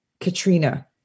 Katrina